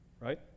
right